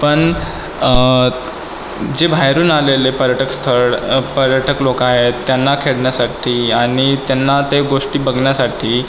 पण जे बाहेरून आलेले पर्यटक स्थळ पर्यटक लोक आहेत त्यांना खेळण्यासाठी आणि त्यांना ते गोष्टी बघण्यासाठी